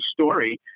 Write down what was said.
story